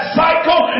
cycle